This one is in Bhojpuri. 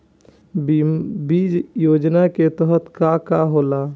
बीज योजना के तहत का का होला?